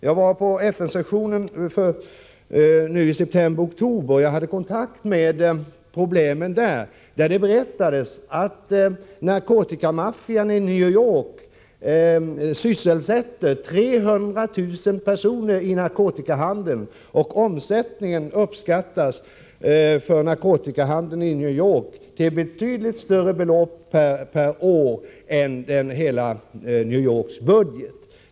Jag deltog i FN:s session i september-oktober och hade då kontakt med dessa problem. Man berättade att narkotikamaffian i New York sysselsätter 300 000 personer i narkotikahandeln, och omsättningen för narkotikahandeln i New York uppskattas till betydligt större belopp per år än hela New Yorks budget.